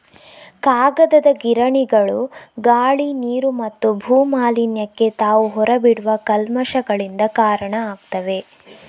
ಕಾಗದದ ಗಿರಣಿಗಳು ಗಾಳಿ, ನೀರು ಮತ್ತು ಭೂ ಮಾಲಿನ್ಯಕ್ಕೆ ತಾವು ಹೊರ ಬಿಡುವ ಕಲ್ಮಶಗಳಿಂದ ಕಾರಣ ಆಗ್ತವೆ